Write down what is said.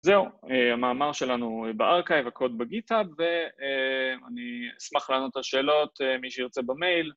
זהו, המאמר שלנו בארכייב, הקוד בגיטאב ואני אשמח לענות את השאלות מי שירצה במייל.